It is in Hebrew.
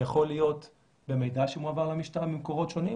יכול להיות במידע שמועבר למשטרה ממקורות שונים